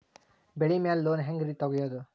ಬೆಳಿ ಮ್ಯಾಲೆ ಲೋನ್ ಹ್ಯಾಂಗ್ ರಿ ತೆಗಿಯೋದ?